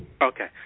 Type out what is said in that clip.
okay